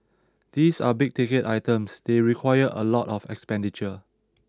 these are big ticket items they require a lot of expenditure